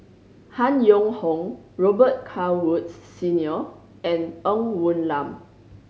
Han Yong Hong Robet Carr Woods Senior and Ng Woon Lam